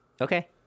Okay